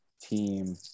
team